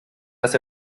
dass